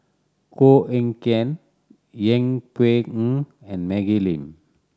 Koh Eng Kian Yeng Pway Ngon and Maggie Lim